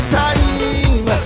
time